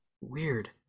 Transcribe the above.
weird